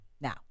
Now